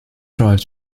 tribes